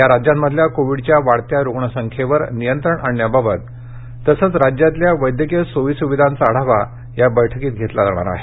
या राज्यांमधल्या कोविडच्या वाढत्या रुग्ण संख्येवर नियंत्रण आणण्याबाबत तसंच राज्यातल्या वैद्यकीय सोयीसुविधांचा आढावा या बैठकीत घेतला जाणार आहे